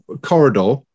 corridor